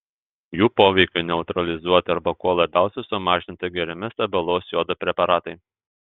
jų poveikiui neutralizuoti arba kuo labiausiai sumažinti geriami stabilaus jodo preparatai